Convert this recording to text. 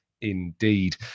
indeed